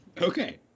Okay